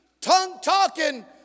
tongue-talking